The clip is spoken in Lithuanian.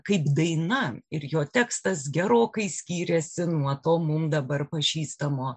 kaip daina ir jo tekstas gerokai skyrėsi nuo to mum dabar pažįstamo